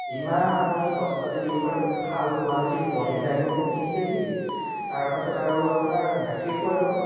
যিমান আপুনি সস্তাতে দিব পাৰে এটা ভাল কোৱালিটিৰ পনীৰ লাগিব মোক তিনি কে জি তাৰপাছত আৰু আপোনাৰ গাখীৰ পোৱা যাব